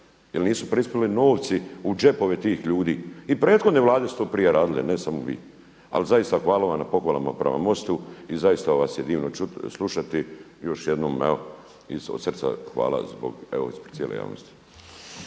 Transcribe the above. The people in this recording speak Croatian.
jer nisu prispjeli novci u džepove tih ljudi. I prethodne vlade su to prije radile, ne samo vi. Ali zaista hvala vam na pohvalama prema MOST-u i zaista vas je divno čuti, slušati, još jednom evo od srca hvala ispred cijele javnosti.